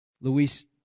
Luis